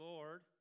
Lord